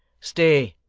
stay,